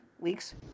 weeks